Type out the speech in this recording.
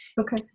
okay